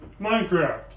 Minecraft